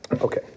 Okay